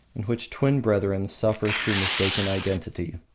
in which twin brethren suffer through mistaken identity.